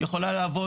יכולה לעבוד,